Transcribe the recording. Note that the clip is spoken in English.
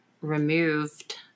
removed